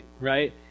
right